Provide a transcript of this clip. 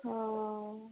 ᱚ